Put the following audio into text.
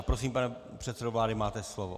Prosím, pane předsedo vlády, máte slovo.